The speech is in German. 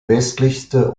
westlichste